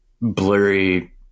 blurry